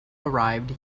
arrived